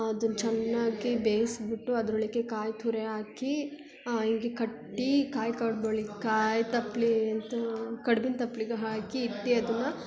ಅದನ್ನು ಚೆನ್ನಾಗಿ ಬೇಯಿಸಿಬಿಟ್ಟು ಅದ್ರೊಳಿಗೆ ಕಾಯಿ ತುರಿ ಹಾಕಿ ಹೀಗೆ ಕಟ್ಟಿ ಕಾಯಿ ಕಡ್ಬು ಒಳಿಗ್ ಕಾಯಿ ತಪ್ಲೆ ತು ಕಡ್ಬಿನ ತಪ್ಲಿಗೆ ಹಾಕಿ ಇಟ್ಟು ಅದನ್ನು